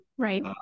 Right